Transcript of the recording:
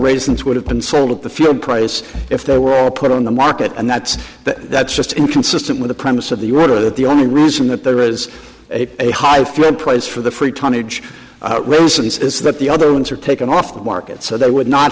raisins would have been sold at the fuel price if they were all put on the market and that's that that's just inconsistent with the premise of the order that the only reason that there is a high flown place for the free tonnage wilson's is that the other ones are taken off the market so that would not